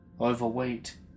overweight